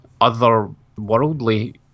otherworldly